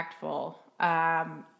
impactful